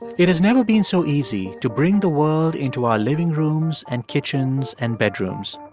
it has never been so easy to bring the world into our living rooms and kitchens and bedrooms.